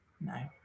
No